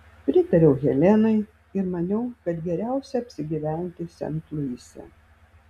pritariau helenai ir maniau kad geriausia apsigyventi sent luise